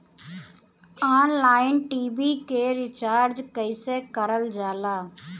Online TV के recharge कईसे करल जाला?